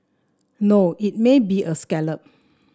no it may be a scallop